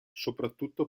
soprattutto